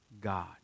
God